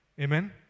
Amen